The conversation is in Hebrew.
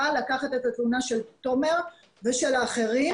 לקחת את התלונה של תומר ושל האחרים ולהעביר אותה למח"ש.